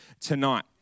tonight